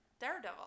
Daredevil